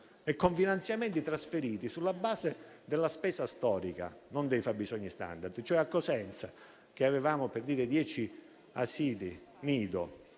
e con finanziamenti trasferiti sulla base della spesa storica, non dei fabbisogni *standard*. Ad esempio, a Cosenza, avevamo dieci asili nido